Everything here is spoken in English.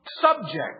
subject